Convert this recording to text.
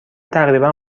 تقریبا